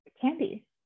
candy